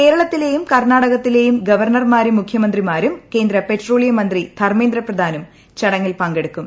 കേരളത്തിലെയും കർണാടകത്തിലെയും ഗവർണർമാരും മുഖ്യമന്ത്രിമാരും കേന്ദ്ര പെട്രോളിയം മന്ത്രി ധർമ്മേന്ദ്ര പ്രധാനും ചടങ്ങിൽ പങ്കെടുക്കും